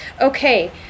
Okay